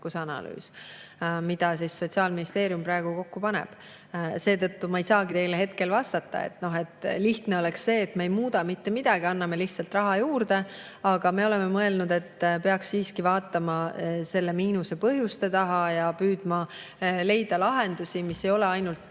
analüüs. Sotsiaalministeerium praegu paneb seda kokku. Seetõttu ma ei saagi teile hetkel vastata. Lihtne oleks see, et me ei muuda mitte midagi, anname lihtsalt raha juurde, aga me oleme mõelnud, et peaks siiski vaatama selle miinuse põhjuste taha ja püüdma leida lahendusi, mis ei ole ainult